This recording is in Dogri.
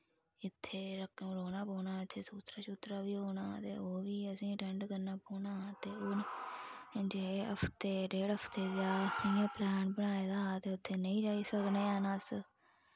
इत्थै रौह्ना पौना इत्थें सूत्रा शूत्रा बी होना ते ओह् बी असैं अटैंड करना पौना ते हुन जे हफ्ते ढेड़ हफ्ते दा इ'यां पलैन बनाए दा ते उत्थें नेंई जाई सकने हैन अस